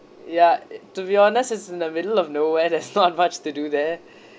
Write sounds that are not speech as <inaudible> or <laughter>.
ya it to be honest is in the middle of nowhere there's <laughs> not much to do there